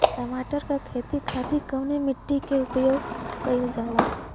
टमाटर क खेती खातिर कवने मिट्टी के उपयोग कइलजाला?